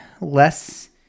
less